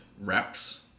reps